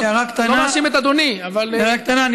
הערה קטנה,